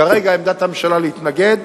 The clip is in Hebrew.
כרגע עמדת הממשלה היא להתנגד,